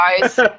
guys